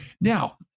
Now